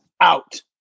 out